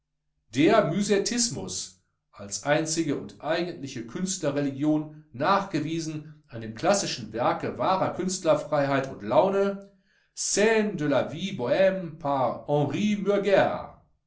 der müsettismus als einzige und eigentliche künstlerreligion nachgewiesen an dem classischen werke wahrer künstlerfreiheit und laune scnes de